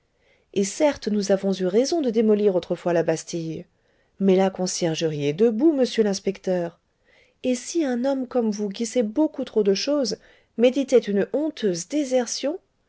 et certes nous avons eu raison de démolir autrefois la bastille mais la conciergerie est debout monsieur l'inspecteur et si un homme comme vous qui sait beaucoup trop de choses méditait une honteuse désertion